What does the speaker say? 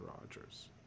Rogers